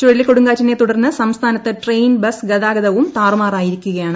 ചുഴലിക്കൊടുങ്കാറ്റിനെ തുടർന്ന് സംസ്ഥാനത്ത് train bus ഗതാഗതവും താറുമാറായിരിക്കുകയാണ്